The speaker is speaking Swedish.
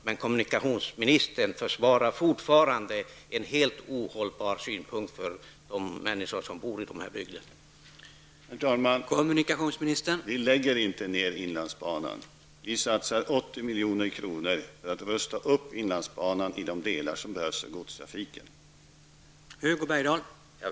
Men kommunikationsministern försvarar fortfarande en inställning som för de människor som bor i dessa bygder är helt ohållbar.